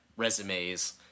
resumes